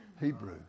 Hebrew